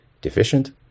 deficient